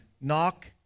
Knock